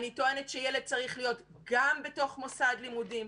אני טוענת שילד צריך להיות גם בתוך מוסד לימודים,